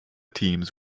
teams